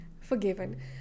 forgiven